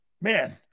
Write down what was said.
man